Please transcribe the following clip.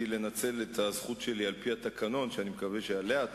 תלוי כמה שיהיה לו.